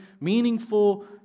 meaningful